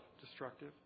destructive